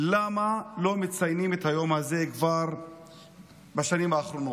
למה כבר לא מציינים את היום הזה בשנים האחרונות: